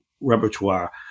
repertoire